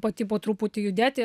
pati po truputį judėti